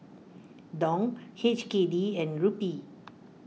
Dong H K D and Rupee